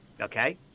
Okay